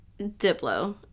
Diplo